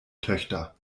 töchter